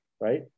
right